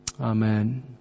Amen